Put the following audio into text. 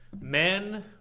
Men